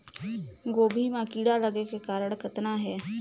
गोभी म कीड़ा लगे के कारण कतना हे?